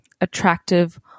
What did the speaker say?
attractive